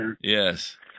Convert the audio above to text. Yes